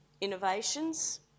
innovations